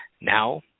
now